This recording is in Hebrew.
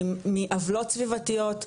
מעוולות סביבתיות,